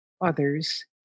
others